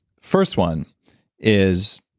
first one is,